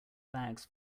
bags